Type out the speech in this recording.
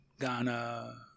Ghana